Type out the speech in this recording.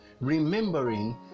remembering